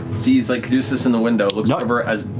sees like caduceus in the window, looks over as,